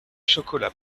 chocolat